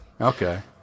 Okay